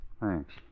Thanks